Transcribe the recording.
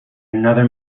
another